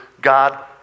God